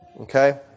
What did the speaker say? Okay